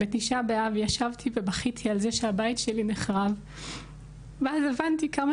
בתשעה באב ישבתי ובכיתי על זה שהבית שלי נחרב ואז הבנתי כמה